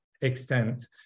extent